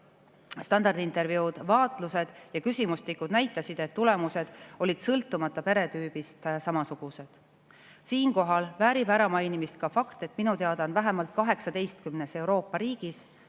standardintervjuud, vaatlused ja küsimustikud näitasid, et tulemused olid sõltumata peretüübist samasugused. Siinkohal väärib äramainimist ka fakt, et minu teada on vähemalt 18 Euroopa riigis,